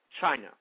China